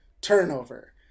turnover